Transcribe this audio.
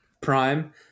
Prime